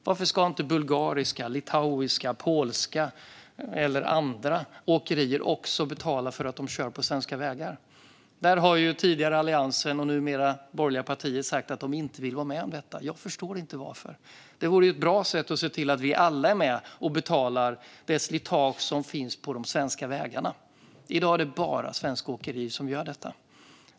Varför ska inte bulgariska, litauiska, polska eller andra åkerier också betala för att de kör på svenska vägar? Den tidigare Alliansen och numera borgerliga partier har sagt att de inte vill vara med om detta. Jag förstår inte varför. Det vore ett bra sätt att se till att alla är med och betalar för det slitage som finns på de svenska vägarna. I dag är det bara svenska åkerier som gör det.